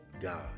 God